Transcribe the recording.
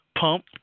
pump